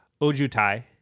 Ojutai